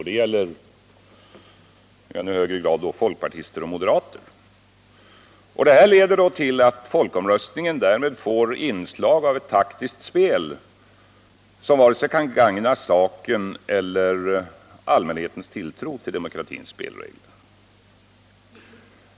Det gäller i ännu högre grad folkpartister och moderater. Folkomröstningsfrågan får därigenom inslag av taktiskt spel, som inte kan gagna vare sig saken eller allmänhetens tilltro till demokratins spelregler.